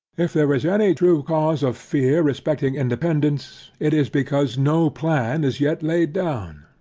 if there is any true cause of fear respecting independance, it is because no plan is yet laid down.